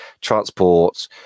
transport